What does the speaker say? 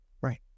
right